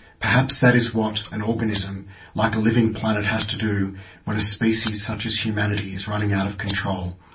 perhaps that is what an organism like a living planet has to do when a species such as humanity is running out of control?